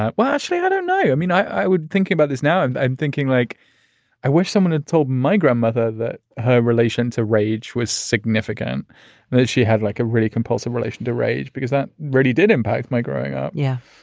well, ashleigh, i don't um know. i mean, i would thinking about this now, i'm i'm thinking like i wish someone had told my grandmother that her relation to rage was significant and that she had like a really compulsive relation to rage, because that really did impact my growing up yeah.